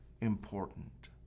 important